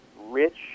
rich